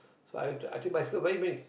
so too~ I take bicycle many many years